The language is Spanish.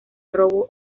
robo